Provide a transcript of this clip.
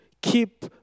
keep